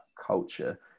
culture